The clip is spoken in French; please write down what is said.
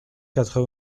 quatre